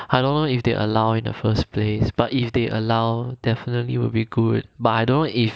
I don't know if they allow in the first place but if they allow definitely will be good but I don't if